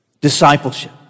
Discipleship